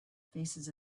faces